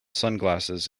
sunglasses